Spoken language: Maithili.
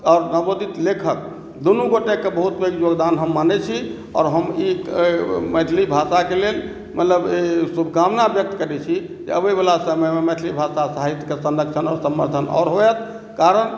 आओर नवोदित लेखक दुनू गोटएके बहुत पैघ योगदान हम मानैत छी आओर हम ई मैथिली भाषाके लेल मतलब शुभकामना व्यक्त करैत छी जे अबैवला समयमे मैथिली भाषा साहित्यके संरक्षण आओर संवर्धन आओर होयत कारण